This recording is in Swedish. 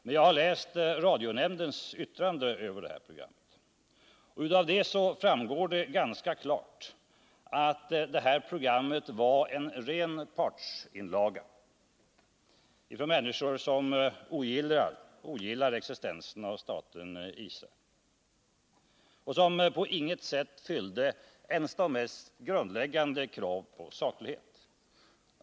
Men jag har läst radionämndens yttrande över programmet, och därav framgår det ganska klart att det var en ren partsinlaga från människor som ogillar staten Israels existens och att programmet på inget sätt fyllde ens de mest grundläggande krav på saklighet.